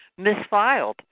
misfiled